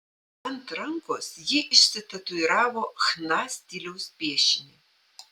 ant rankos ji išsitatuiravo chna stiliaus piešinį